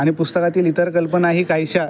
आणि पुस्तकातील इतर कल्पनाही काहीश्या